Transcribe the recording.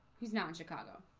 he's now in chicago.